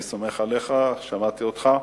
אני סומך עליך, שמעתי אותך,